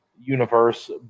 universe